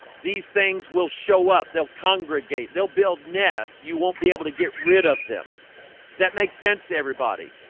these things will show up. they'll congregate they'll build nests. you won't be able to get rid of them. does that make sense to everybody?